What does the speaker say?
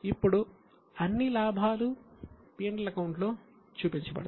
ఇప్పుడు అన్ని లాభాలు P L అకౌంట్ లో చూపించబడతాయి